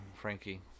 Frankie